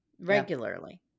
regularly